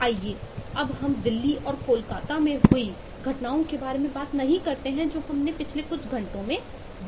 आइए अब हम दिल्ली और कोलकता में हुई घटनाओं के बारे में बात नहीं करते हैं जो हमने पिछले कुछ घंटों मेंदेखी है